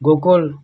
Gokul